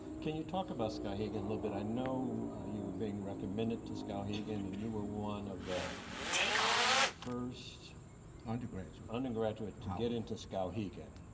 can you talk about skowhegan a little bit? i know you were being recommended to skowhegan and and you were one of the first undergraduate. undergraduates to get into skowhegan.